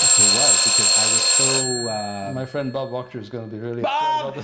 it was because i was so my friend bob wachter's gonna be really bob!